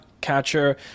Catcher